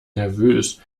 nervös